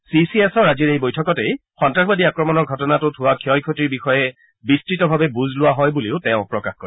C চি এছৰ আজিৰ এই বৈঠকতেই সন্তাসবাদী আক্ৰমণৰ ঘটনাটোত হোৱা ক্ষয় ক্ষতিৰ বিষয়ে বিস্ততভাৱে বুজ লোৱা হয় বুলিও তেওঁ প্ৰকাশ কৰে